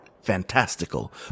fantastical